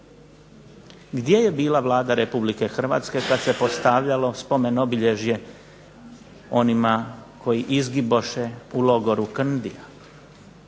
gdje je bila Vlada Republike Hrvatske kad se postavljalo spomen obilježje onima koji izgiboše u logoru Krndija.